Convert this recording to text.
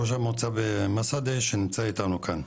ראש המועצה במסעדה שנמצא איתנו כאן.